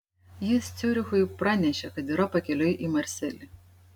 jis ciurichui pranešė kad yra pakeliui į marselį